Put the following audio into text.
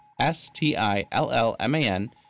S-T-I-L-L-M-A-N